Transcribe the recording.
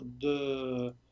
de